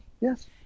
Yes